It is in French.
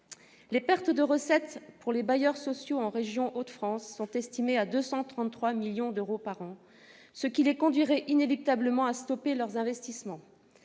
Les pertes de recettes pour les bailleurs sociaux dans la région des Hauts-de-France sont estimées à 233 millions d'euros par an, ce qui les conduirait inéluctablement à stopper leurs investissements